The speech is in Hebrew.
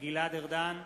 גלעד ארדן,